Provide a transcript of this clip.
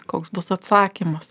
koks bus atsakymas